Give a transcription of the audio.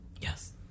Yes